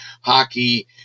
hockey